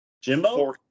Jimbo